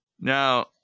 Now